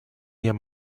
near